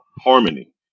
Harmony